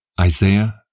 Isaiah